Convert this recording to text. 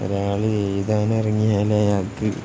ഒരാള് എഴുതാന് ഇറങ്ങിയാല് അയാള്ക്ക്